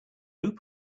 group